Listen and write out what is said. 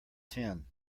ten